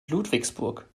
ludwigsburg